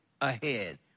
ahead